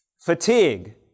Fatigue